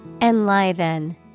enliven